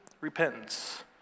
repentance